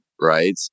right